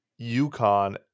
UConn